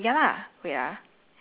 is it wait let me check